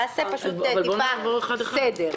נעשה קצת סדר.